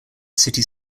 city